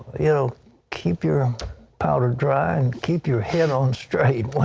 you know keep your powder dry and keep your head on straight.